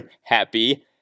happy